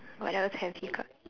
what else has he got